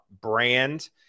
brand